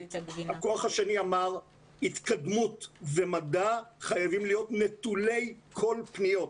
הכוח השני אמר התקדמות ומדע חייבים להיות נטולי כל פניות,